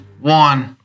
one